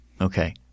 Okay